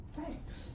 Thanks